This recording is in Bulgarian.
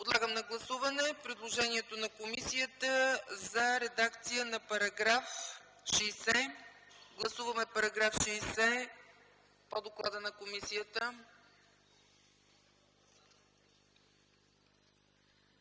Подлагам на гласуване предложението на комисията за редакция на § 60. Гласуваме § 60 по доклада на комисията.